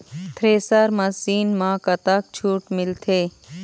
Thresher machine म कतक छूट मिलथे?